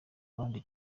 abandi